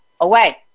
away